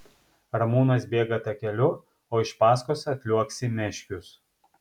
ramūnas bėga takeliu o iš paskos atliuoksi meškius